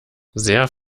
sehr